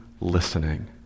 listening